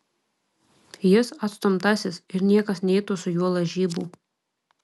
jis atstumtasis ir niekas neitų su juo lažybų